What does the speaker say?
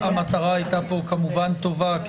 המטרה פה הייתה כמובן טובה,